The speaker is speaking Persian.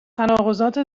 تناقضات